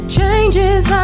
Changes